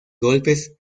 golpes